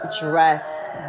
dress